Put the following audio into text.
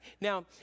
Now